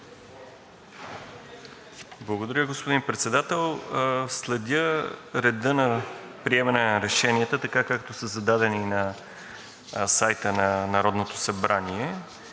Благодаря, господин Председател. Следя реда на приемане на решенията така, както са зададени на сайта на Народното събрание.